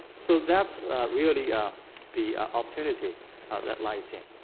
so that's really ah the opportunity that lies here.